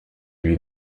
lui